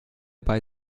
bei